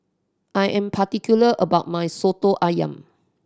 I am particular about my Soto Ayam